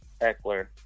Eckler